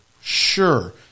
Sure